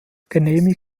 commission